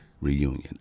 reunion